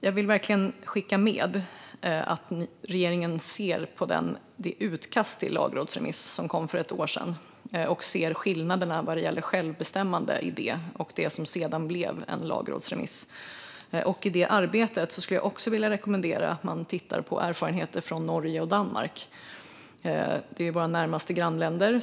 Jag vill verkligen skicka med att regeringen tittar på det utkast till lagrådsremiss som kom för ett år sedan och ser skillnaderna vad gäller självbestämmande i det jämfört med det som sedan blev en lagrådsremiss. I detta arbete vill jag också rekommendera att man tittar på erfarenheter från våra grannländer Norge och Danmark.